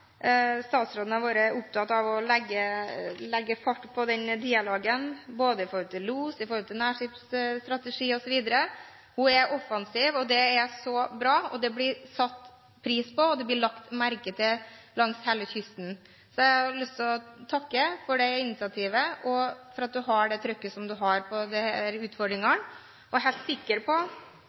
legge fart på den dialogen både når det gjelder los, nærskipsstrategi osv. Hun er offensiv, og det er så bra. Det blir satt pris på, og det blir lagt merke til langs hele kysten. Så jeg har lyst til å takke for det initiativet og for at hun har det trykket hun har på disse utfordringene. Jeg er helt sikker på